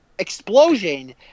explosion